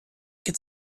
get